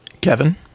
kevin